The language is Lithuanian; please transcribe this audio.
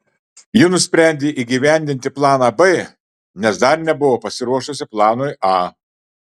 ji nusprendė įgyvendinti planą b nes dar nebuvo pasiruošusi planui a